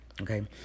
Okay